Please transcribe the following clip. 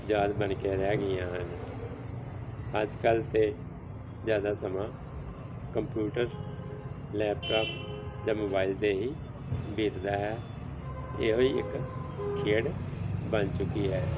ਯਾਦ ਬਣ ਕੇ ਰਹਿ ਗਈਆਂ ਹਨ ਅੱਜ ਕੱਲ੍ਹ ਤਾਂ ਜ਼ਿਆਦਾ ਸਮਾਂ ਕੰਪਿਊਟਰ ਲੈਪਟਾਪ ਜਾਂ ਮੋਬਾਈਲ 'ਤੇ ਹੀ ਬੀਤਦਾ ਹੈ ਇਹੋ ਹੀ ਇੱਕ ਖੇਡ ਬਣ ਚੁੱਕੀ ਹੈ